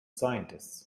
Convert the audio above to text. scientists